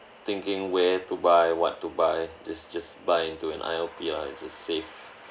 thinking where to buy what to buy just just buy into an I_L_P ah it's a safe